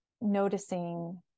noticing